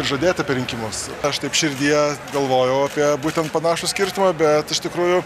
žadėta per rinkimus aš taip širdyje galvojau apie būtent panašų skirtumą bet iš tikrųjų